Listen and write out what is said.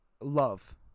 love